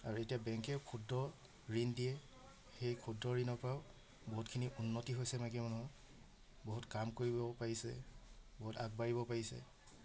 আৰু এতিয়া বেংকে ক্ষুদ্ৰ ঋণ দিয়ে সেই ক্ষুদ্ৰ ঋণৰপৰাও বহুতখিনি উন্নতি হৈছে মাকী মানুহৰ বহুত কাম কৰিব পাৰিছে বহুত আগবাঢ়িব পাৰিছে